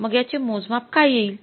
मग याचे मोजमाप काय येईल